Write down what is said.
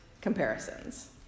comparisons